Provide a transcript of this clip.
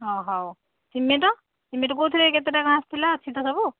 ହଁ ହଉ cement cement କେଉଁଥିରେ କେତେଟା କ'ଣ ଆସିଥିଲା ଅଛି ତ ସବୁ